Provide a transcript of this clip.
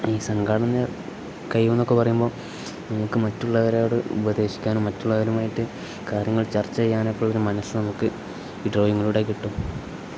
ഈ സംഘാടന കഴിവെന്ന് ഒക്കെ പറയുമ്പോൾ നമുക്ക് മറ്റുള്ളവരോട് ഉപദേശിക്കാനും മറ്റുള്ളവരുമായിട്ട് കാര്യങ്ങൾ ചർച്ച ചെയ്യാനൊക്കെ ഉള്ളൊരു മനസ്സ് നമുക്ക് ഈ ഡ്രോയിങ്ങിലൂടെ കിട്ടും